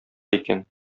икән